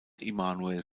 immanuel